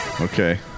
Okay